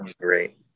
great